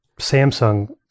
Samsung